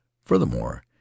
furthermore